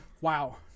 Wow